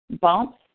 bumps